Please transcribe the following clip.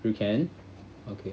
you can okay